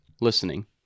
listening